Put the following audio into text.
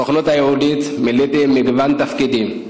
בסוכנות היהודית מילאתי מגוון תפקידים: